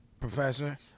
Professor